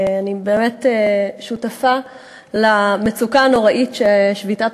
אני באמת שותפה למצוקה הנוראית ששביתת